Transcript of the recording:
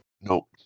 no